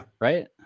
Right